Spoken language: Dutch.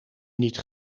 niet